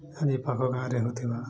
ଆଜି ଏ ପାଖ ଗାଁରେ ହଉଥିବା